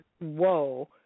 whoa